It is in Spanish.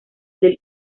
del